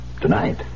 Tonight